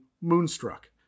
moonstruck